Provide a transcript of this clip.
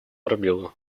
пробелы